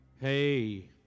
Hey